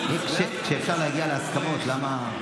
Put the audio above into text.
כפל קצבאות),